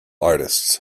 artists